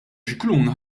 scicluna